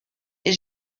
est